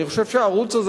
אני חושב שהערוץ הזה,